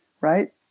Right